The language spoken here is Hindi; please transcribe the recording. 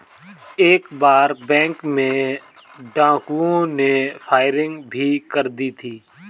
एक बार एक बैंक में डाकुओं ने फायरिंग भी कर दी थी